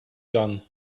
gun